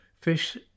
fish